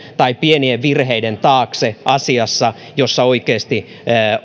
tai pienien virheiden taakse asiassa jossa oikeasti